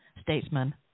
statesman